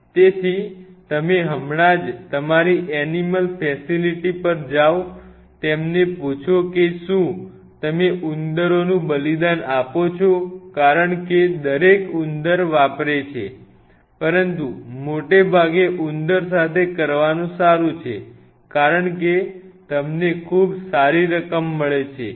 તેથી તમે હમણાં જ તમારી એનિમલ ફેસિલિટી પર જાઓ તેમને પૂછો કે શું તમે ઉંદરોનું બલિદાન આપો છો કારણ કે દરેક ઉંદર વાપરે છે પરંતુ મોટે ભાગે ઉંદર સાથે કરવાનું સારું છે કારણ કે તમને ખૂબ સારી રકમ મળે છે